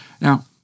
Now